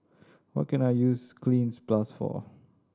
what can I use Cleanz Plus for